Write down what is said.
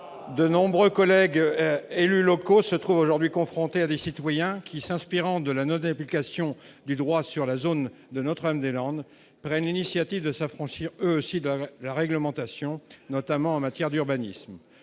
de nombreux collègues élus locaux se trouve aujourd'hui confrontés à des citoyens qui, s'inspirant de la note d'implication du droit sur la zone de Notre-Dame-des-Landes règne initiative de s'affranchir si doivent la réglementation, notamment en matière d'urbanisme